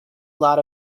lot